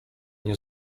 nie